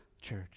church